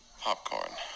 popcorn